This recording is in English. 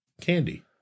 candy